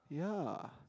yeah